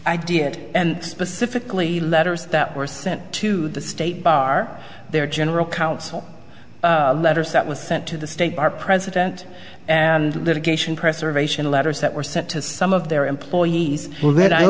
i did and specifically letters that were sent to the state bar their general counsel letters that was sent to the state bar president and litigation preservation letters that were sent to some of their employees